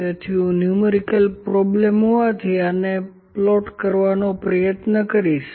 તેથી હું numerical problem હોવાથી આને પ્લોટ કરવાનો પ્રયત્ન કરીશ